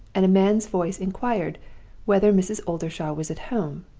and a man's voice inquired whether mrs. oldershaw was at home.